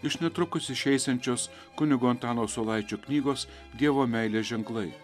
iš netrukus išeisiančios kunigo antano saulaičio knygos dievo meilės ženklai